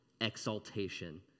exaltation